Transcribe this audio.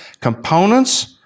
components